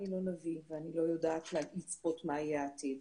אני לא נביא ואני לא יודעת לצפות מה יהיה העתיד.